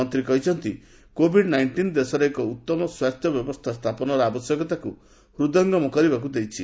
ମନ୍ତ୍ରୀ କହିଛନ୍ତି covid nineteen' ଦେଶରେ ଏକ ଉତ୍ତମ ସ୍ୱାସ୍ଥ୍ୟ ବ୍ୟବସ୍ଥା ସ୍ଥାପନର ଆବଶ୍ୟକତାକୁ ହୃଦୟଙ୍ଗମ କରିବାକୁ ଦେଇଛି